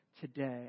today